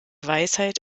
weisheit